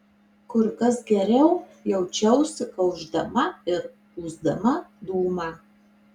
kur kas geriau jaučiausi kaušdama ir pūsdama dūmą